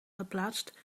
geplaatst